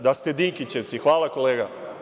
Da ste Dinkićevci, hvala kolega.